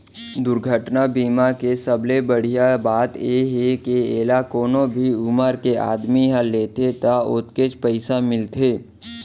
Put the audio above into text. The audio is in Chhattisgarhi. दुरघटना बीमा के सबले बड़िहा बात ए हे के एला कोनो भी उमर के आदमी ह लेथे त ओतकेच पइसा लागथे